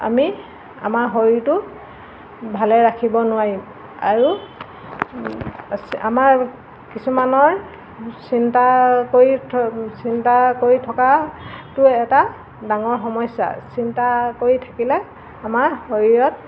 আমি আমাৰ শৰীৰটো ভালে ৰাখিব নোৱাৰিম আৰু আমাৰ কিছুমানৰ চিন্তা কৰি চিন্তা কৰি থকাটো এটা ডাঙৰ সমস্যা চিন্তা কৰি থাকিলে আমাৰ শৰীৰত